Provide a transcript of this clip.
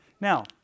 Now